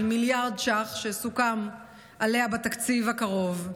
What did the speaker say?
מיליארד שקל שסוכם עליה בתקציב הקרוב.